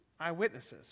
eyewitnesses